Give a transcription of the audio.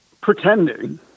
pretending